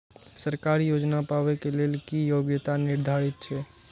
सरकारी योजना पाबे के लेल कि योग्यता निर्धारित छै?